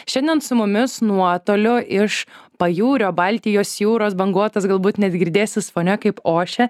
šiandien su mumis nuotoliu iš pajūrio baltijos jūros banguotos galbūt net girdėsis fone kaip ošia